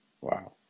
Wow